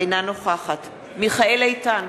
אינה נוכחת מיכאל איתן,